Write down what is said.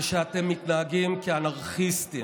זה שאתם מתנהגים כאנרכיסטים.